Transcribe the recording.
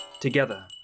together